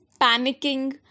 panicking